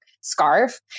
scarf